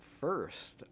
first